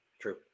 True